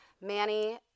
Manny